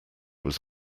was